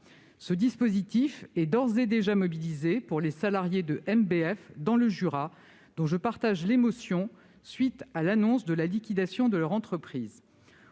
Ce dispositif est d'ores et déjà mobilisé pour les salariés de MBF dans le Jura, dont je partage l'émotion à la suite de l'annonce de la liquidation de leur entreprise.